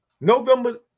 november